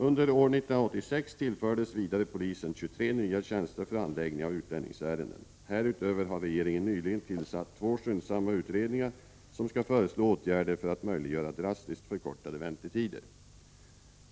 Under år 1986 tillfördes vidare polisen 23 nya tjänster för handläggning av utlänningsärenden. Härutöver har regeringen nyligen tillsatt två skyndsamma utredningar, som skall föreslå åtgärder för att möjliggöra drastiskt förkortade väntetider.